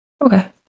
okay